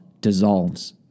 dissolves